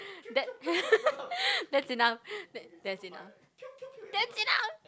that that's enough that's enough that's enough